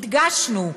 הדגשנו,